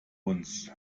uns